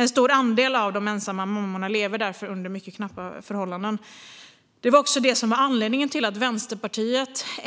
En stor andel av de ensamma mammorna lever därför under mycket knappa förhållanden. Det var också det som var anledningen till att Vänsterpartiet förra